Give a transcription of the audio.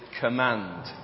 command